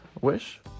wish